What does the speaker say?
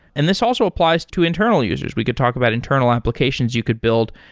and this also applies to internal users. we could talk about internal applications you could build.